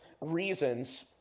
reasons